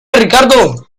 ricardo